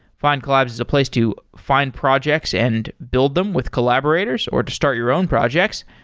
findcollabs is a place to find projects and build them with collaborators or to start your own projects.